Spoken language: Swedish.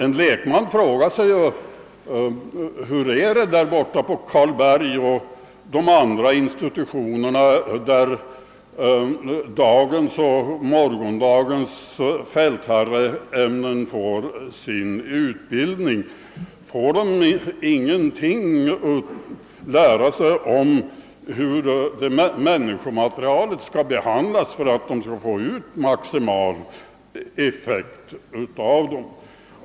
En lekman frågar onekligen hur det egentligen går till på Karlberg och vid de andra militärinstitutionerna, där dagens och morgondagens fältherreämnen får sin utbildning. Får man inte där lära sig någonting om hur människomaterialet skall behandlas för att man skall få ut maximal effekt?